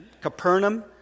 Capernaum